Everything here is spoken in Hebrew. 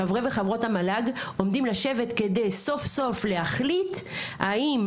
חברי וחברות המל"ג עומדים לשבת כדי סוף סוף להחליט האם